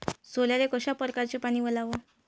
सोल्याले कशा परकारे पानी वलाव?